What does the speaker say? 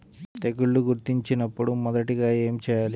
తెగుళ్లు గుర్తించినపుడు మొదటిగా ఏమి చేయాలి?